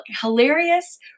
hilarious